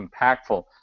impactful